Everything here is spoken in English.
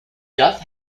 duff